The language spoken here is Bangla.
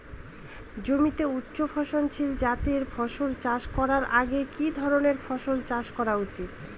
জমিতে উচ্চফলনশীল জাতের ফসল চাষ করার আগে কি ধরণের ফসল চাষ করা উচিৎ?